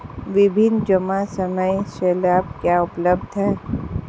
विभिन्न जमा समय स्लैब क्या उपलब्ध हैं?